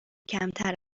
کمتر